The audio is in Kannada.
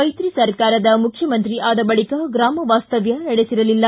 ಮೈತ್ರಿ ಸರ್ಕಾರದ ಮುಖ್ಯಮಂತ್ರಿ ಆದ ಬಳಿಕ ಗ್ರಾಮ ವಾಸ್ತವ್ಯ ನಡೆಸಿರಲಿಲ್ಲ